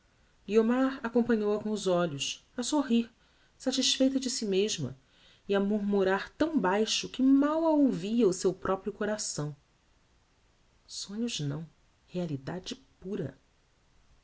guiomar acompanhou-a com os olhos a sorrir satisfeita de si mesma e a murmurar tão baixo que mal a ouvia o seu proprio coração sonhos não realidade pura